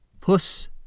Puss